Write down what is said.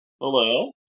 Hello